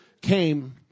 came